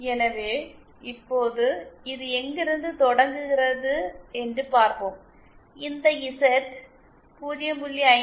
எனவே இப்போது இது எங்கிருந்து தொடங்குகிறது என்று பார்ப்போம் இந்த இசட் 0